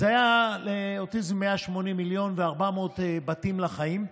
היו לאוטיזם 180 מיליון ו-400 בתים לחיים,